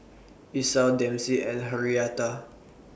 Esau Dempsey and Henrietta